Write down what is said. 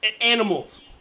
animals